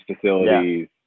facilities